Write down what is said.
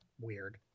weird